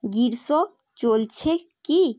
গ্রীষ্ম চলছে কি